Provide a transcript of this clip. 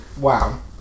wow